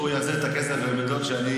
הוא יחזיר את הכסף לבן דודו שלו?